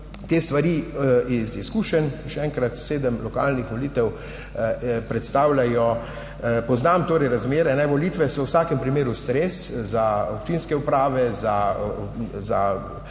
te stvari iz izkušenj. Še enkrat, sedem lokalnih volitev. Poznam torej razmere, volitve so v vsakem primeru stres, za občinske uprave, za